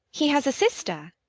he has a sister?